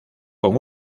con